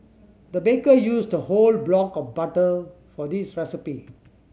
the baker used a whole block of butter for this recipe